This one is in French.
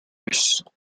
russe